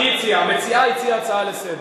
המציעה הציעה הצעה לסדר-היום.